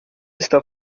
está